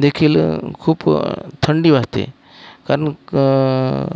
देखील खूप थंडी वाजते कारण